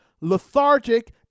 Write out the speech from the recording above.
lethargic